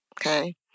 Okay